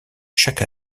chaque